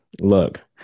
Look